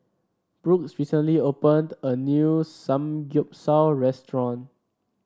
brooks recently opened a new Samgyeopsal restaurant